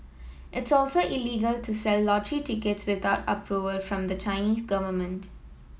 it's also illegal to sell lottery tickets without approval from the Chinese government